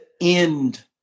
end